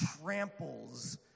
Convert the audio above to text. tramples